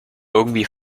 irgendwie